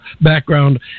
background